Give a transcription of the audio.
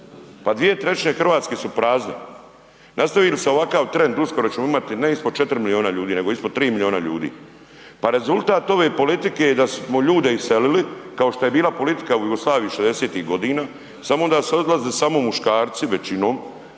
Pa dvije trećine Hrvatske su prazne. Nastavi li se ovakav trend, uskoro ćemo imati, ne ispod 4 milijuna ljudi, nego ispod 3 milijuna ljudi. Pa rezultat ove politike je da smo ljude iselili, kao što je bila politika u Jugoslaviji 60-ih godina, samo onda su odlazili samo muškarci, većinom,